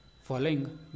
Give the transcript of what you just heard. Following